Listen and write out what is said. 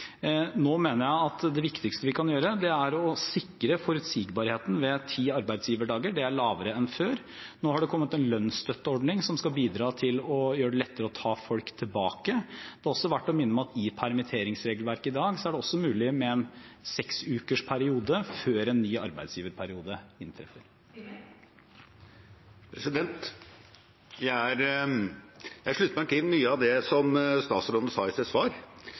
Nå mener jeg det viktigste vi kan gjøre, er å sikre forutsigbarheten ved ti arbeidsgiverdager. Det er lavere enn før. Nå har det kommet en lønnsstøtteordning som skal bidra til å gjøre det lettere å ta folk tilbake. Det er også verdt å minne om at i permitteringsregelverket i dag er det også mulig med en seksukersperiode før en ny arbeidsgiverperiode inntrer. Jeg slutter meg til mye av det som statsråden sa i sitt svar.